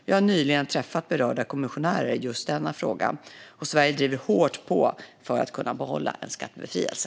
Jag har nyligen träffat berörda kommissionärer i just denna fråga, och Sverige driver på hårt för att kunna behålla en skattebefrielse.